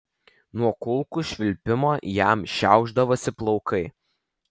nuo kulkų švilpimo jam šiaušdavosi plaukai